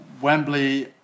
Wembley